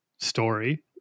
story